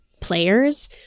players